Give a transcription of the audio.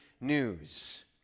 news